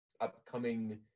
upcoming